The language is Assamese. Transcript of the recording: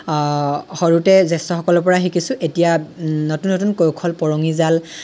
সৰুতে জেষ্ঠ্যসকলৰ পৰা শিকিছোঁ এতিয়া নতুন নতুন কৌশল পৰঙি জাল